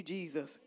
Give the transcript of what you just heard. Jesus